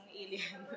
alien